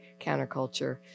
counterculture